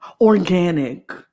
organic